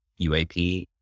uap